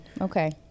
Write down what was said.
Okay